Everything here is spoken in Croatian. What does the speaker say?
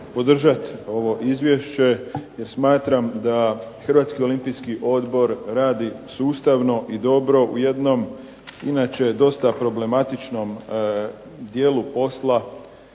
podržavam ovo izvješće jer smatram da Hrvatski olimpijski odbor radi sustavno i dobro u jednom inače dosta problematičnom dijelu posla,